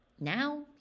Now